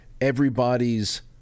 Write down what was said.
everybody's